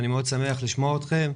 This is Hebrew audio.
אני מאוד שמח לשמוע אתכם.